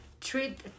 treat